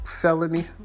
felony